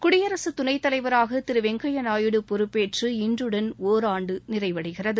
குடியரசு துணை தலைவராக திரு வெங்கையா நாயுடு பொறுப்பேற்று இன்றுடன் ஒராண்டு நிறைவடைகிறது